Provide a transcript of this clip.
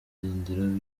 birindiro